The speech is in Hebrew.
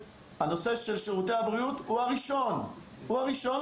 הנושא של שירותי הבריאות הוא הראשון שם,